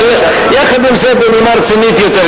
אבל יחד עם זה בנימה רצינית יותר,